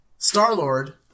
Star-Lord